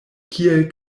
kiel